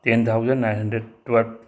ten thousand nine hundred twelve